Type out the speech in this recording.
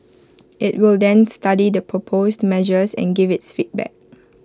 IT will then study the proposed measures and give its feedback